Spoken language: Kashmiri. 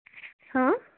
ہاں